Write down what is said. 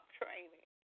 training